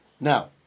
Now